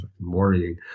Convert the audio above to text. worrying